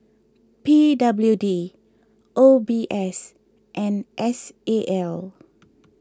P W D O B S and S A L